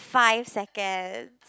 five seconds